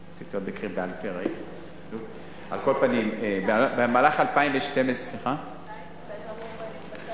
על כל פנים, במהלך 2012, מתי זה יצא לדרך?